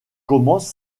commence